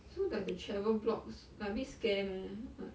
so like the travel blogs like a bit scam eh like